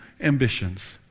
ambitions